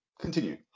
Continue